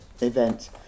event